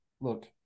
look